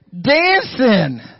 dancing